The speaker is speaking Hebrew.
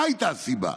מה הייתה הסיבה?